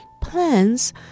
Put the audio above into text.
plans